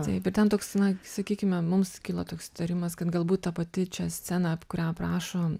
taip ir ten toks na sakykime mums kilo toks įtarimas kad galbūt ta pati čia scena ap kurią aprašo